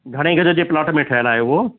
घणे गज जे प्लॉट में ठहियल आहे हो